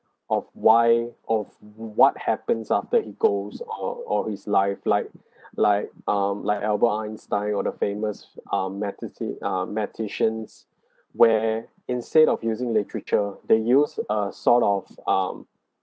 of why of w~ what happens after he goes or or his life like like um like albert einstein or the famous um matheti~ ah matheticians where instead of using literature they use a sort of um